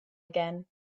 again